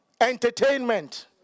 entertainment